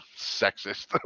sexist